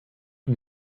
wie